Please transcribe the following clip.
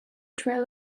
trail